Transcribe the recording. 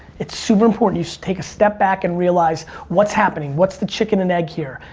it's super important. you take a step back and realize what's happening, what's the chicken and egg here.